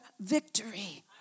victory